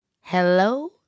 hello